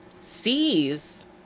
sees